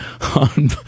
on